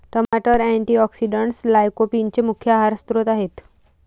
टमाटर अँटीऑक्सिडेंट्स लाइकोपीनचे मुख्य आहार स्त्रोत आहेत